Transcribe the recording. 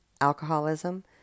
alcoholism